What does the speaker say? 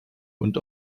und